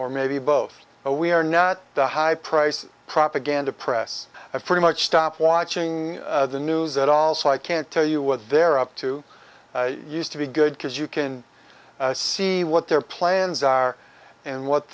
or maybe both we are not the high price of propaganda press have pretty much stopped watching the news at all so i can't tell you what they're up to used to be good because you can see what their plans are and what